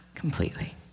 completely